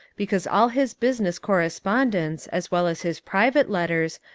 because all his business correspondence, as well as his private letters,